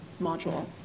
module